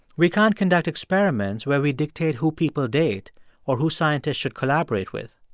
we can't conduct experiments where we dictate who people date or who scientists should collaborate with.